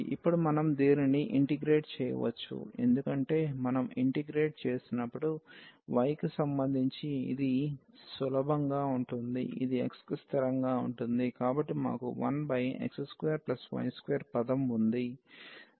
ఇప్పుడు మనం దీనిని ఇంటిగ్రేట్ చేయవచ్చు ఎందుకంటే మనం ఇంటిగ్రేట్ చేసినప్పుడు y కి సంబంధించి ఇది సులభంగా ఉంటుంది ఇది x కి స్థిరంగా ఉంటుంది